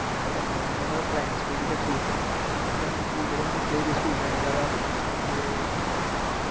upper करना चाही दा मतसल कि प्राईमरी स्कूल दी इत्थै जरूरत नी ऐ प्राईमरी स्कूल न जेह्ड़े उ'नेंगी प्ले वे स्कूल बनाई ओड़ना चाही दा ते